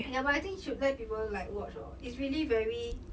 ya but I think should let people like watch orh is really very